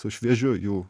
su šviežiu jų